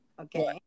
Okay